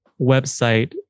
website